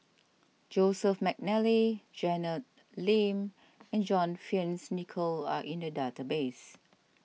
Joseph McNally Janet Lim and John Fearns Nicoll are in the database